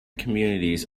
communities